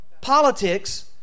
politics